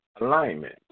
alignment